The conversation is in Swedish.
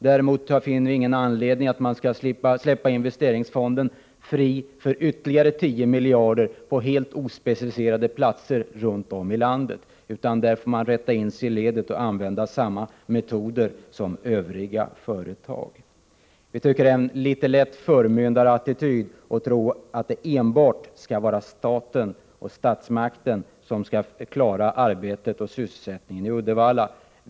Däremot finner jag ingen anledning till att man skulle frisläppa ytterligare 10 miljarder kronor ur investeringsfonden på helt ospecificerade platser runt om i landet. Man får rätta in sig i ledet och använda samma metoder som övriga företag. Vi tycker det är något av en förmyndarattityd att tro att enbart staten och statsmakterna skall klara arbetet och sysselsättningen i Uddevalla.